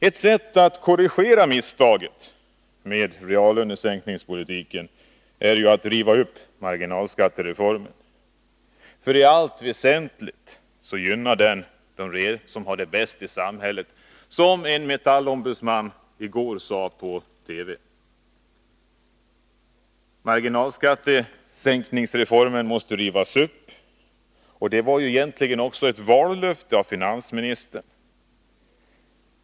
Ett sätt att korrigera ”misstaget” med reallönesänkningspolitiken är att riva upp marginalskattereformen, för i allt väsentligt gynnar den dem som redan har det bäst i samhället, som en Metallombudsman i går sade på TV. Marginalskattereformen måste rivas upp. Det var egentligen också ett vallöfte av finansministern.